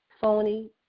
phony